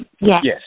Yes